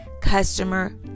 customer